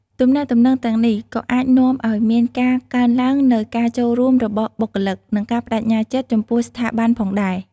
ទំនាក់ទំនងទាំងនេះក៏អាចនាំឱ្យមានការកើនឡើងនូវការចូលរួមរបស់បុគ្គលិក និងការប្តេជ្ញាចិត្តចំពោះស្ថាប័នផងដែរ។